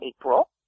April